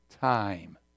time